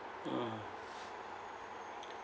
mm